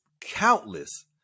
countless